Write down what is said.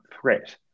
threat